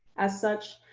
as such,